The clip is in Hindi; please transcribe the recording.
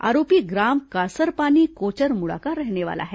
आरोपी ग्राम कासरपानी कोचरमुड़ा का रहने वाला है